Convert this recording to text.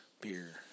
beer